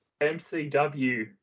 MCW